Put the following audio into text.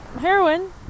heroin